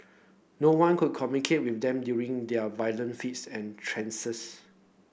no one could communicate with them during their violent fits and trances